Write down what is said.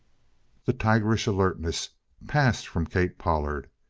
the tigerish alertness passed from kate pollard.